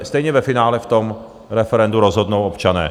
Stejně ve finále v tom referendu rozhodnou občané.